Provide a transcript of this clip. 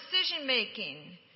decision-making